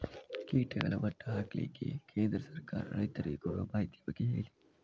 ಕೀಟಗಳ ಮಟ್ಟ ಹಾಕ್ಲಿಕ್ಕೆ ಕೇಂದ್ರ ಸರ್ಕಾರ ರೈತರಿಗೆ ಕೊಡುವ ಮಾಹಿತಿಯ ಬಗ್ಗೆ ಹೇಳಿ